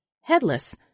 headless